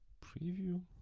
preview